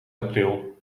april